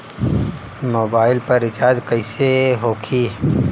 Mobile पर recharge कैसे होखी?